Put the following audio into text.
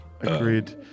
Agreed